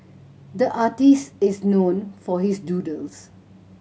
the artist is known for his doodles